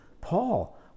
Paul